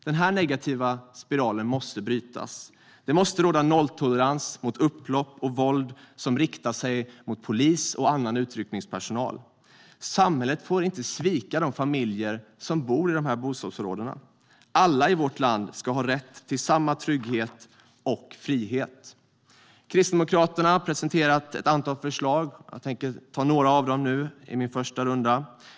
Den här negativa spiralen måste brytas. Det måste råda nolltolerans mot upplopp och våld som riktas mot polis och annan utryckningspersonal. Samhället får inte svika de familjer som bor i de här bostadsområdena. Alla i vårt land ska ha rätt till samma trygghet och frihet. Kristdemokraterna har presenterat ett antal förslag, och jag tänker nämna några av dem nu i mitt första inlägg i denna debatt.